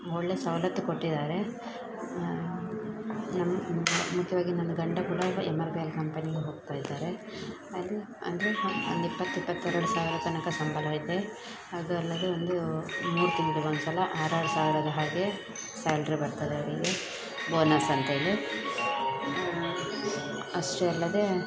ಒಳ್ಳೆಯ ಸವಲತ್ತು ಕೊಟ್ಟಿದ್ದಾರೆ ನಮ್ಮ ಮುಖ್ಯವಾಗಿ ನನ್ನ ಗಂಡ ಕೂಡ ಈಗ ಎಮ್ ಆರ್ ಪಿ ಎಲ್ ಕಂಪನಿಗೆ ಹೋಗ್ತಾಯಿದ್ದಾರೆ ಅದು ಅಂದ್ರೆ ಹ ಒಂದು ಇಪ್ಪತ್ತು ಇಪ್ಪತ್ತೆರಡು ಸಾವಿರ ತನಕ ಸಂಬಳ ಇದೆ ಅದು ಅಲ್ಲದೆ ಒಂದು ಮೂರು ತಿಂಗ್ಳಿಗೆ ಒಂದು ಸಲ ಆರು ಆರು ಸಾವಿರದ ಹಾಗೆ ಸ್ಯಾಲ್ರಿ ಬರ್ತದೆ ಅವರಿಗೆ ಬೋನಸ್ ಅಂತ್ಹೇಳಿ ಅಷ್ಟೇ ಅಲ್ಲದೆ